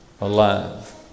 alive